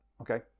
Okay